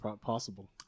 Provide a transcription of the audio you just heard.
possible